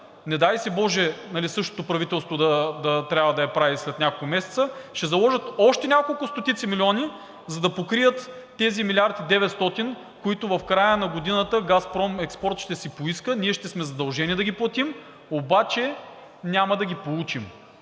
не дай си боже, същото правителство да трябва да я прави след няколко месеца, ще заложат още няколко стотици милиона, за да покрият тези 1 млрд. и 900 милиона, които в края на годината „Газпром експорт“ ще си поиска, ние ще сме задължени да ги платим, обаче няма да ги получим.